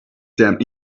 damn